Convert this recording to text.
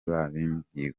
babibwiwe